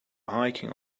hiking